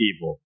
evil